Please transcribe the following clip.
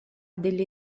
delle